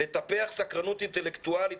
לטפח סקרנות אינטלקטואלית,